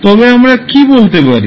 তবে আমরা কী বলতে পারি